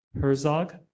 Herzog